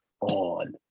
on